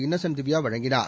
Innocent Divya வழங்கினார்